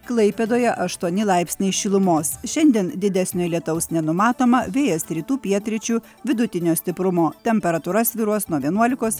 klaipėdoje aštuoni laipsniai šilumos šiandien didesnio lietaus nenumatoma vėjas rytų pietryčių vidutinio stiprumo temperatūra svyruos nuo vienuolikos